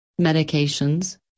Medications